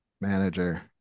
manager